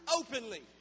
openly